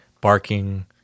barking